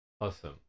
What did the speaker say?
Awesome